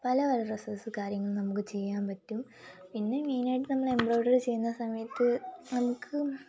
പല പല ഡ്രസ്സസ് കാര്യങ്ങൾ നമുക്ക് ചെയ്യാൻ പറ്റും പിന്നെ മെയിനായിട്ട് നമ്മൾ എംബ്രോയിട്ടറി ചെയ്യുന്ന സമയത്ത് നമുക്ക്